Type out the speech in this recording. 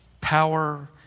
power